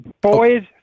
boys